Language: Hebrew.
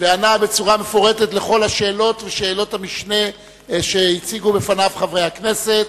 וענה בצורה מפורטת לכל השאלות ושאלות המשנה שהציגו בפניו חברי הכנסת.